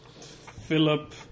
Philip